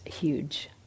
huge